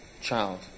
child